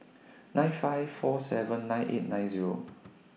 nine five four seven nine eight nine Zero